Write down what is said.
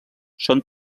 són